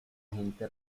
gente